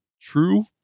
True